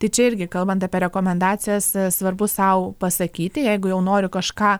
tai čia irgi kalbant apie rekomendacijas svarbu sau pasakyti jeigu jau noriu kažką